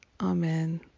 Amen